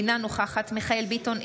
אינה נוכחת מיכאל מרדכי ביטון,